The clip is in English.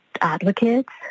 advocates